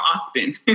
often